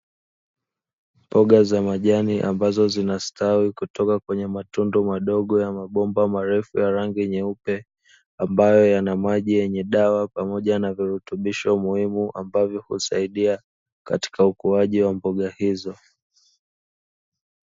Mboga za majani ambazo zinastawi kutoka kwenye matundu madogo ya mabomba marefu ya rangi nyeupe, ambayo yana maji yenye dawa pamoja na virutubisho muhimu, ambavyo husaidia katika ukuaji wa mboga hizo.